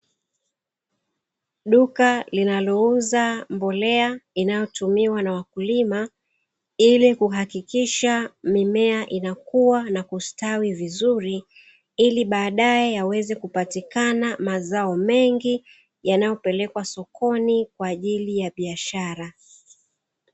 Duka linalouza mbolea inayotumiwa na wakulima ili kuhakikisha mimea inakua na kustawi vizuri ilibaadae yaweze kupatikana mazao mengi yanayopelekwa sokoni kwa ajili ya biashara.